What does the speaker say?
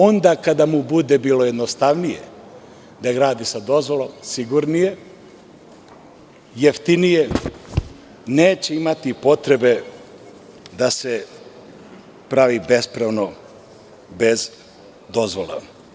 Onda kada mu bude bilo jednostavnije da gradi sa dozvolom, sigurnije, jeftinije, neće imati potrebe da se pravi bespravno bez dozvole.